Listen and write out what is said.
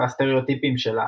והסטראוטיפים שלה,